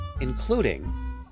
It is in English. including